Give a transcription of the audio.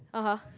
(uh huh)